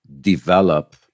develop